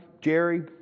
Jerry